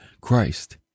Christ